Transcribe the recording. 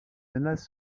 menace